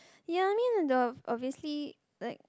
yeah I mean the obviously like